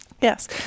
yes